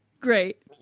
Great